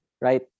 Right